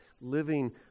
living